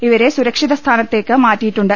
ഇവരെ സുര ക്ഷിത സ്ഥാനത്തേക്ക് മാറ്റിയിട്ടുണ്ട്